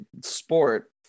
sport